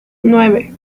nueve